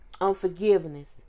unforgiveness